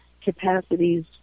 capacities